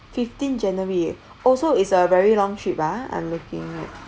fifteen january also is a very long trip ah I'm looking